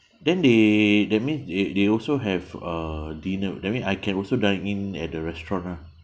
then they that means they they also have uh dinner that mean I can also dine in at the restaurant lah